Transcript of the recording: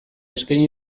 eskaini